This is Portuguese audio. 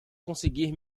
conseguir